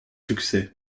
succès